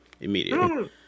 immediately